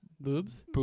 boobs